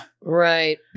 Right